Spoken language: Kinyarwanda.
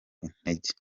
intege